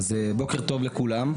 בוקר טוב לכולם,